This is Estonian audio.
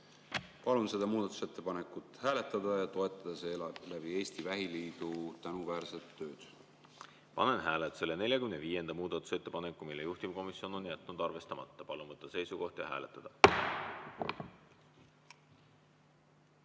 Palun seda muudatusettepanekut hääletada ja toetada seeläbi Eesti Vähiliidu tänuväärset tööd. Panen hääletusele 45. muudatusettepaneku, mille juhtivkomisjon on jätnud arvestamata. Palun võtta seisukoht ja hääletada! Härra